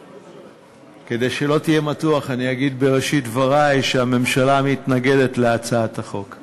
כדי שלא תהיה מתוח אני אגיד בראשית דברי שהממשלה מתנגדת להצעת החוק.